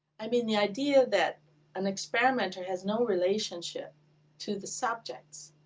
i mean, the idea that an experimenter has no relationship to the subjects.